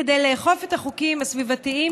כדי לאכוף את החוקים הסביבתיים,